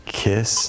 kiss